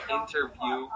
interview